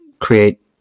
create